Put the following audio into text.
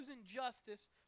injustice